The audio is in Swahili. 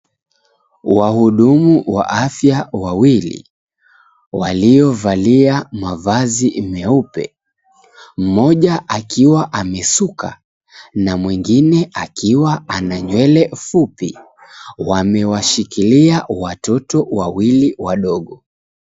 Wahudumu wa afya wawili waliovalia mavazi meupe, mmoja akiwa amesuka na mwingine akiwa ana nywele fupi, wamewashikilia watoto wadogo.